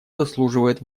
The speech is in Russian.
заслуживает